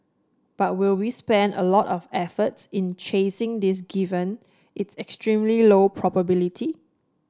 but will we spend a lot of efforts in chasing this given its extremely low probability